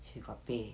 she got pay